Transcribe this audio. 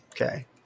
Okay